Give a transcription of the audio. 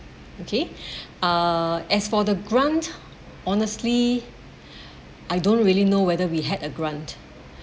okay uh as for the grant honestly I don't really know whether we had a grant